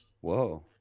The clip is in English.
Whoa